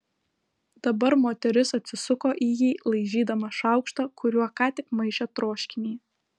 dabar moteris atsisuko į jį laižydama šaukštą kuriuo ką tik maišė troškinį